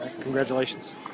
Congratulations